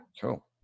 Cool